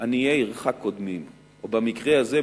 "עניי עירך קודמים"; או במקרה הזה,